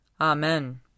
Amen